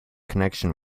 connection